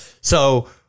So-